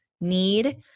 need